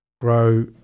grow